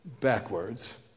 backwards